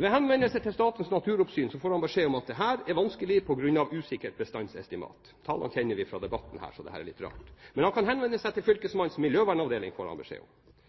Ved henvendelse til Statens naturoppsyn får han beskjed om at dette er vanskelig på grunn av usikkert bestandsestimat. Tallene kjenner vi fra debatten her, så dette er litt rart. Men han kan henvende seg til fylkesmannens miljøvernavdeling, får han beskjed om.